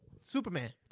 Superman